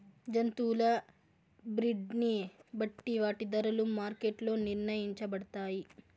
జంతువుల బ్రీడ్ ని బట్టి వాటి ధరలు మార్కెట్ లో నిర్ణయించబడతాయి